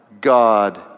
God